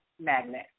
magnet